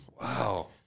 Wow